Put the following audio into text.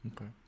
okay